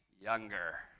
younger